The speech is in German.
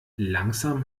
langsam